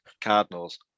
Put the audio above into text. Cardinals